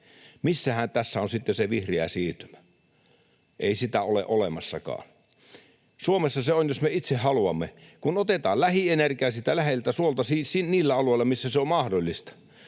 Missähän tässä on sitten se vihreä siirtymä? Ei sitä ole olemassakaan. Suomessa se on, jos me itse haluamme. Kun otetaan lähienergia siitä läheltä, suolta siis niillä alueilla, missä se on mahdollista,